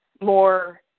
more